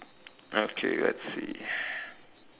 okay let's see